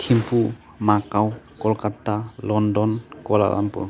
टिम्पु माकाव कलकाता लण्डन